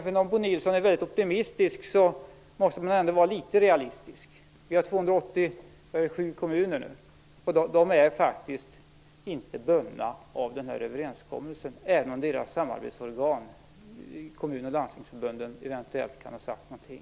Bo Nilsson är väldigt optimisk, men man måste också vara litet realistisk. Vi har nu 287 kommuner, och de är faktiskt inte bundna av överenskommelsen, även om deras samarbetsorgan, Kommunförbundet och Landstingsförbundet, eventuellt kan ha uttalat någonting.